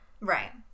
Right